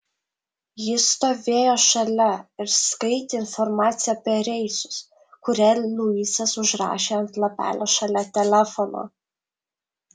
ji stovėjo šalia ir skaitė informaciją apie reisus kurią luisas užrašė ant lapelio šalia telefono